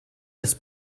das